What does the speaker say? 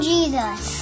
Jesus